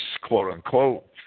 quote-unquote